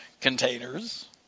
containers